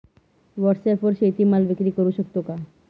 व्हॉटसॲपवर शेती माल विक्री करु शकतो का?